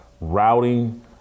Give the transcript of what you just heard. routing